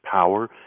power